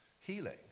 healing